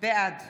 בעד